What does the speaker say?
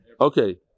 Okay